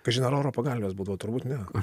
kažin ar oro pagalvės būdavo turbūt ne